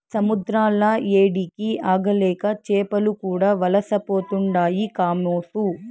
సముద్రాల ఏడికి ఆగలేక చేపలు కూడా వలసపోతుండాయి కామోసు